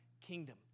kingdom